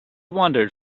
wandered